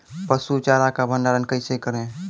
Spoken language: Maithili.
पसु चारा का भंडारण कैसे करें?